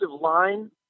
line